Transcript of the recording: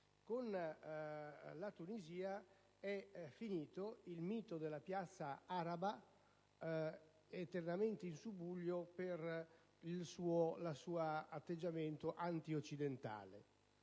con la Tunisia è finito il mito della piazza araba eternamente in subbuglio per il suo atteggiamento antioccidentale.